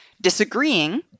disagreeing